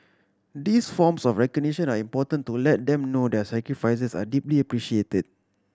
these forms of recognition are important to let them know their sacrifices are deeply appreciated